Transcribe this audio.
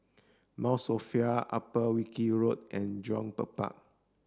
Mount Sophia Upper Wilkie Road and Jurong Bird Park